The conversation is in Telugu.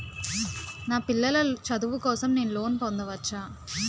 నా పిల్లల చదువు కోసం నేను లోన్ పొందవచ్చా?